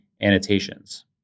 annotations